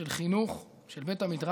של חינוך, של בית המדרש,